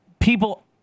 People